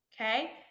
okay